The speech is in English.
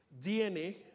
DNA